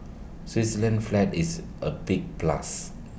Switzerland's flag is A big plus